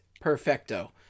perfecto